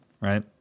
right